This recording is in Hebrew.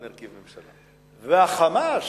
וה"חמאס"